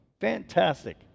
Fantastic